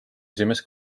esimest